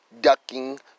ducking